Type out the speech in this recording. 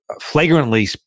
flagrantly